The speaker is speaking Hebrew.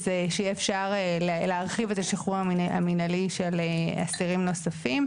אז שיהיה אפשר להרחיב את השחרור המינהלי של אסירים נוספים.